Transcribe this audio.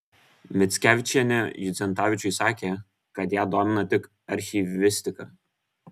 mickevičienė judzentavičiui sakė kad ją domina tik archyvistika